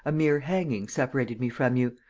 a mere hanging separated me from you,